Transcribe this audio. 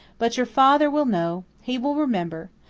but your father will know he will remember.